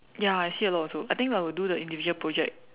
ya I see a lot also I think I'll do the individual project